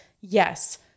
yes